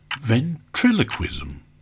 ventriloquism